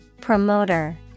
Promoter